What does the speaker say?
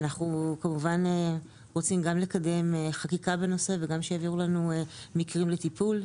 ואנחנו כמובן רוצים גם לקדם חקיקה בנושא וגם שיעבירו לנו מקרים לטיפול.